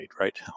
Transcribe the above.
right